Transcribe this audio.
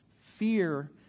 Fear